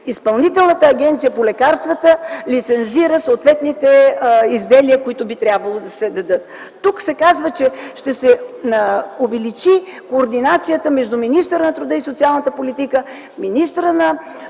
Изпълнителната агенция по лекарствата лицензира съответните изделия, които би трябвало да се дадат. Тук се казва, че ще се увеличи координацията между министъра на труда и социалната политика, министъра на